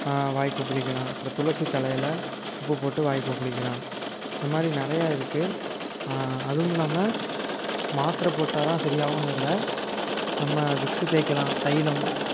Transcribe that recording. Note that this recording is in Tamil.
வாய் கொப்பளிக்கிலாம் அப்புறம் துளசி தலையில் உப்பு போட்டு வாய் கொப்பளிக்கிலாம் இந்தமாதிரி நிறையா இருக்குது அதுவும் இல்லாமல் மாத்திரை போட்டால்தான் சரியாகன்னு இல்லை நம்ம விக்ஸ்ஸு தேய்க்கலாம் தைலம்